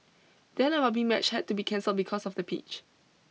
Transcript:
then a rugby match had to be cancelled because of the pitch